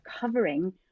covering